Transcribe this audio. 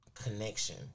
Connection